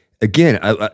again